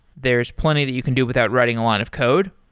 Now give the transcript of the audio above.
there is plenty that you can do without writing a line of code,